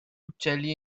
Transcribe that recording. uccelli